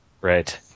Right